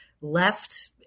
left